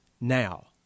now